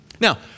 Now